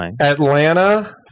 Atlanta